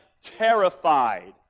terrified